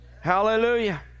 Hallelujah